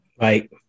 Right